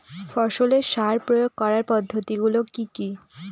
ফসলের সার প্রয়োগ করার পদ্ধতি গুলো কি কি?